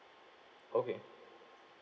okay